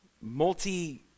multi